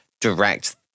direct